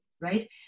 right